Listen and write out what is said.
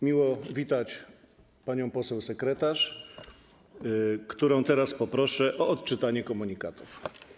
Miło mi powitać panią poseł sekretarz, którą teraz poproszę o odczytanie komunikatów.